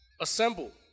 assemble